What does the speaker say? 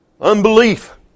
Unbelief